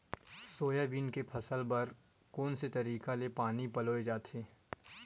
Soybean के फसल बर कोन से तरीका ले पानी पलोय जाथे?